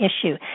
issue